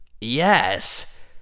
Yes